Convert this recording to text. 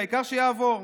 העיקר שיעבור.